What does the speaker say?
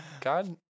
God